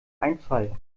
einfall